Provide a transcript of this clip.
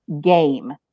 game